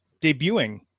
debuting